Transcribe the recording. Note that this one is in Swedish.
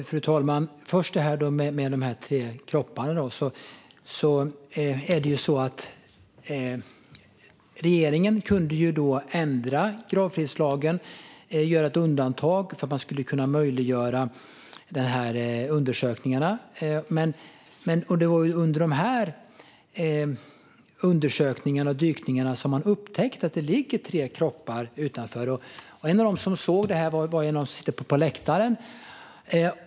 Fru talman! Först vad gäller de tre kropparna skulle regeringen kunna ändra gravfridslagen och göra ett undantag för att möjliggöra undersökningar. Det var under dykningarna som man upptäckte att tre kroppar ligger utanför. En av de som såg detta är en person som nu sitter uppe på läktaren.